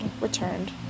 returned